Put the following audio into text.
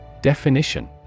Definition